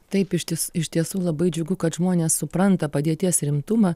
taip ištįs iš tiesų labai džiugu kad žmonės supranta padėties rimtumą